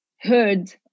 heard